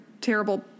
terrible